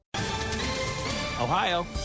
Ohio